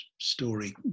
story